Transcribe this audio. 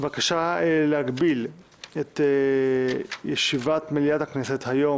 בקשה להגביל את ישיבת מליאת הכנסת היום,